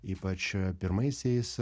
ypač pirmaisiais